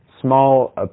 small